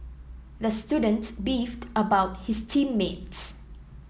the student beefed about his team mates